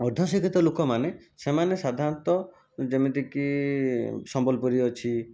ଅର୍ଦ୍ଧଶିକ୍ଷିତ ଲୋକମାନେ ସେମାନେ ସାଧାରଣତଃ ଯେମିତି କି ସମ୍ବଲପୁରୀ ଅଛି